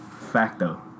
Facto